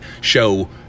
show